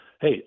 Hey